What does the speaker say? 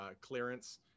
clearance